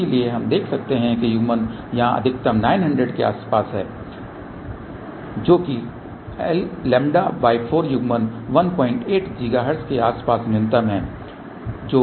इसलिए हम देख सकते हैं कि युग्मन यहाँ अधिकतम 900 के आसपास है जो कि λ4 युग्मन 18 GHz के आसपास न्यूनतम है